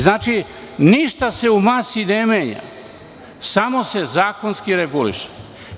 Znači, ništa se u masi ne menja, samo se zakonski reguliše.